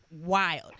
wild